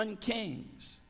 kings